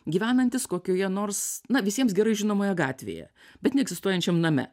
gyvenantys kokioje nors na visiems gerai žinomoje gatvėje bet neegzistuojančiam name